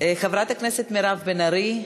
חברת הכנסת מירב בן ארי,